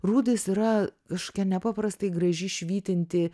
rūdys yra kažkokia nepaprastai graži švytinti